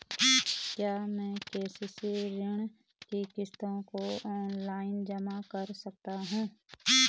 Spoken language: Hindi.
क्या मैं के.सी.सी ऋण की किश्तों को ऑनलाइन जमा कर सकता हूँ?